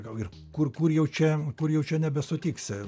gal ir kur kur jau čia kur jau čia nebesutiksi